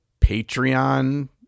Patreon